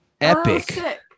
Epic